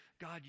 God